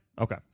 Okay